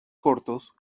cortos